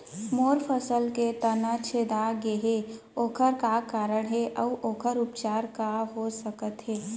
मोर फसल के तना छेदा गेहे ओखर का कारण हे अऊ ओखर उपचार का हो सकत हे?